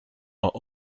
are